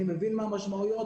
אני מבין מה המשמעויות,